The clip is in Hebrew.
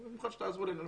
ויש מצב שתוכלו לעזור לנו: